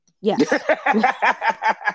Yes